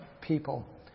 people